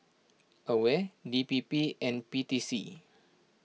Aware D P P and P T C